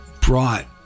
brought